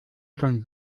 schon